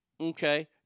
Okay